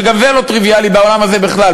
שגם זה לא טריוויאלי בעולם הזה בכלל,